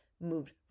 moved